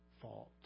fault